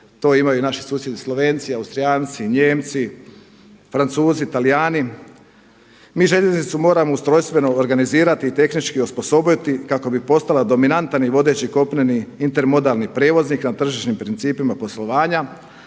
to imaju i naši susjedi Slovenci i Austrijanci, Nijemci, Francuzi, Talijani. Mi željeznicu moramo ustrojstveno organizirati i tehnički osposobiti kako bi postala dominantan i vodeći kopneni intermodalni prijevoznik na tržišnim principima poslovanja